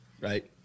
Right